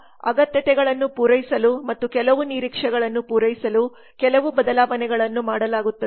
ಆದ್ದರಿಂದ ಅಗತ್ಯತೆಗಳನ್ನು ಪೂರೈಸಲು ಮತ್ತು ಕೆಲವು ನಿರೀಕ್ಷೆಗಳನ್ನು ಪೂರೈಸಲು ಕೆಲವು ಬದಲಾವಣೆಗಳನ್ನು ಮಾಡಲಾಗುತ್ತದೆ